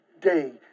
day